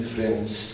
Friends